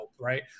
right